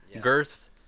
Girth